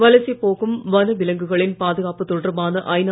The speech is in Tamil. வலசை போகும் வன விலங்குகளின் பாதுகாப்பு தொடர்பான ஐநா